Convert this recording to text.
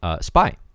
spy